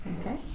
okay